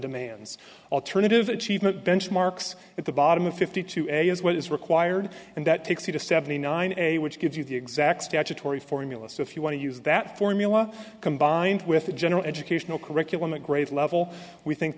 demands alternative achievement benchmarks at the bottom of fifty two areas what is required and that takes you to seventy nine a which gives you the exact statutory formula so if you want to use that formula combined with a general educational curriculum a grade level we think